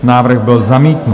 Návrh byl zamítnut.